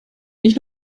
nicht